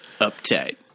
Uptight